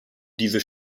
diese